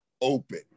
open